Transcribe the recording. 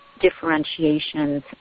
differentiations